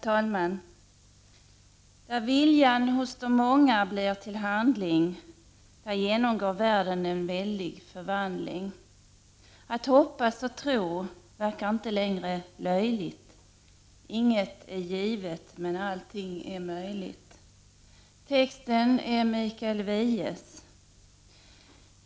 Herr talman! Där viljan hos dom många blir till handling, där genomgår världen en väldig förvandling. Att hoppas och tro verkar inte längre löjligt. Inget är givet men allting är möjligt. Texten är Mikael Wiehes.